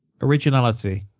Originality